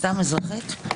סתם אזרחית,